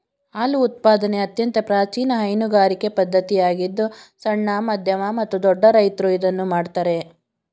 ಹಾಲು ಉತ್ಪಾದನೆ ಅತ್ಯಂತ ಪ್ರಾಚೀನ ಹೈನುಗಾರಿಕೆ ಪದ್ಧತಿಯಾಗಿದ್ದು ಸಣ್ಣ, ಮಧ್ಯಮ ಮತ್ತು ದೊಡ್ಡ ರೈತ್ರು ಇದನ್ನು ಮಾಡ್ತರೆ